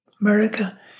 America